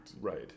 Right